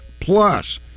Plus